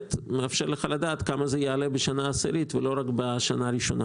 וזה גם מאפשר לך לדעת כמה זה יעלה בשנה העשירית ולא רק בשנה הראשונה,